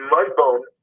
Mudbone